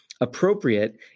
appropriate